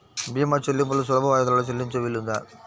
భీమా చెల్లింపులు సులభ వాయిదాలలో చెల్లించే వీలుందా?